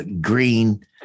Green